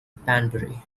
banbury